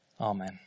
Amen